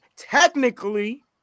technically